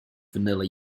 vanilla